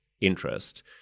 interest